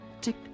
Tick